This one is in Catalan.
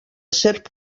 serp